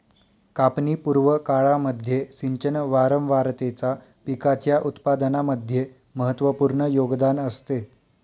कापणी पूर्व काळामध्ये सिंचन वारंवारतेचा पिकाच्या उत्पादनामध्ये महत्त्वपूर्ण योगदान असते